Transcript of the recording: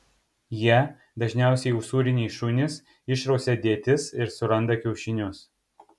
jie dažniausiai usūriniai šunys išrausia dėtis ir suranda kiaušinius